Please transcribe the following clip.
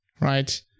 right